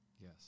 Yes